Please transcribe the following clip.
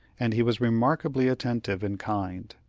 and he was remarkably attentive and kind.